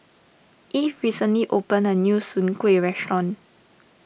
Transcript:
Eve recently opened a new Soon Kway restaurant